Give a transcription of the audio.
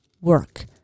work